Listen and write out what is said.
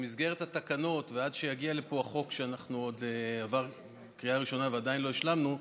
במסגרת התקנות ועד שיגיע לפה החוק שעבר קריאה ראשונה ועדיין לא השלמנו,